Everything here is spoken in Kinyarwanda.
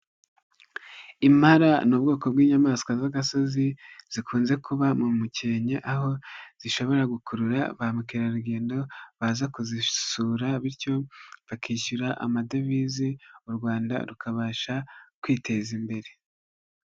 Impala ni ubwoko bw'inyamaswa z'agasozi zikunze kuba mu mukenke aho zishobora gukurura ba mukerarugendo baza kuzisura bityo bakishyura amadovize u Rwanda rukabasha kwiteza imbere.